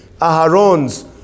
Aharon's